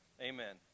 amen